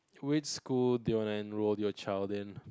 which school they all enroll your child then